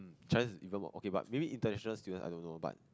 Chinese is even more okay but maybe international students I don't know but